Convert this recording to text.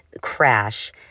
crash